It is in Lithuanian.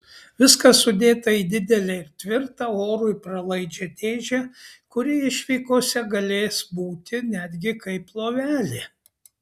viskas sudėta į didelę ir tvirtą orui pralaidžią dėžę kuri išvykose galės būti netgi kaip lovelė